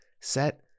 set